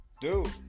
dude